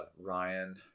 Ryan